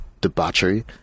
debauchery